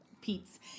Pete's